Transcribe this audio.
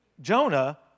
Jonah